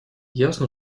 ясно